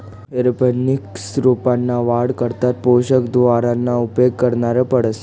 aeroponics रोपंसना वाढ करता पोषक द्रावणना उपेग करना पडस